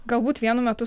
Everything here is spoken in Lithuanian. galbūt vienu metu